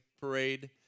parade